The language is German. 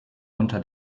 unter